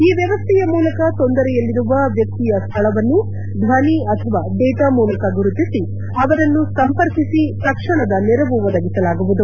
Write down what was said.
ಈ ವ್ಯವಸ್ಥೆಯ ಮೂಲಕ ತೊಂದರೆಯಲ್ಲಿರುವ ವ್ಯಕ್ತಿಯ ಸ್ಥಳವನ್ನು ಧ್ವನಿ ಅಥವಾ ಡೇಟಾ ಮೂಲಕ ಗುರುತಿಸಿ ಅವರನ್ನು ಸಂಪರ್ಕಿಸಿ ತಕ್ಷಣದ ನೆರವು ಒದಗಿಸಲಾಗುವುದು